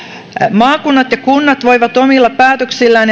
maakunnat ja kunnat voivat omilla päätöksillään ja